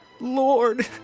Lord